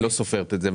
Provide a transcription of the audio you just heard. היא לא סופרת את זה,